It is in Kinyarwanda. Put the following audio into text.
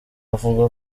avuga